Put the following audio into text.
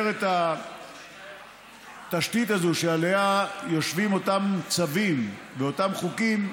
את התשתית הזאת שעליה יושבים אותם צווים ואותם חוקים,